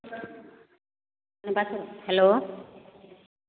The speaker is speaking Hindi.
बस हलो